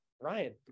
Ryan